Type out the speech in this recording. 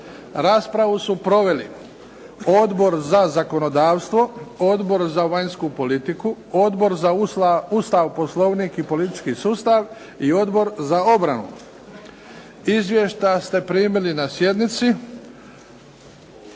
Raspravu su proveli: Odbor za zakonodavstvo, Odbor za vanjsku politiku, Odbor za Ustav, Poslovnik i politički sustav i Odbor za obranu. Izvješća ste primili na sjednici.